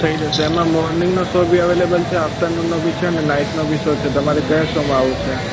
થઈ જશે એમાં મોર્નિંગનો શો બી અવેલેબલ છે આફ્ટરનૂનનો બી છે ને નાઇટનો બી શો છે તમારે કયા શોમાં આવવું છે